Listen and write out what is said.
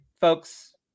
folks